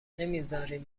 نمیزارین